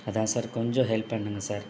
அதான் சார் கொஞ்சம் ஹெல்ப் பண்ணுங்கள் சார்